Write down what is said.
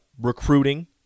recruiting